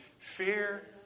Fear